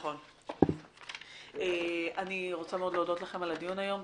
נכון, אני רוצה מאוד להודות לכם על הדיון היום.